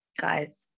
Guys